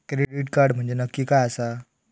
Credit card म्हंजे नक्की काय आसा?